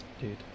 Dude